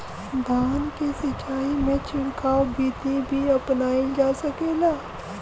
धान के सिचाई में छिड़काव बिधि भी अपनाइल जा सकेला?